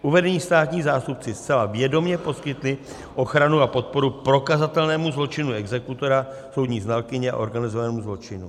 Uvedení státní zástupci zcela vědomě poskytli ochranu a podporu prokazatelnému zločinu exekutora, soudní znalkyně organizovanému zločinu.